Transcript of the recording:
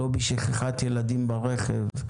לא בשכחת ילדים ברכב,